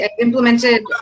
implemented